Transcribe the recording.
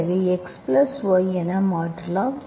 எனவே அதை x plus y என மாற்றலாம்